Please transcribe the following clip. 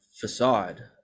facade